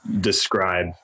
describe